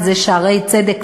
וזה "שערי צדק",